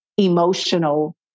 emotional